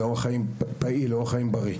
לאורח חיים פעיל ובריא.